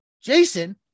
Jason